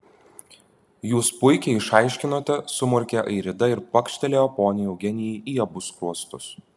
jūs puikiai išaiškinote sumurkė airida ir pakštelėjo poniai eugenijai į abu skruostus